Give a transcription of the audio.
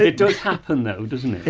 it does happen though doesn't it and,